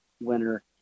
winner